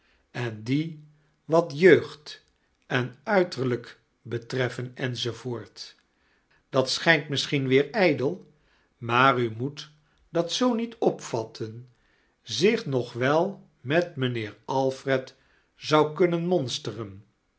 en die wat jeugd en uiterlijk befareffen enz dat schijnt misschien weeir ijdel maar u moet dat zoo niet opvatten zich nog wel met mijnheer alfred zou kunnen monstoren